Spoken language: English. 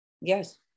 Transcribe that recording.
Yes